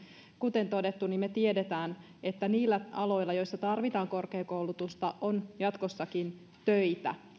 kuten todettu niin me tiedämme että niillä aloilla joissa tarvitaan korkeakoulutusta on jatkossakin töitä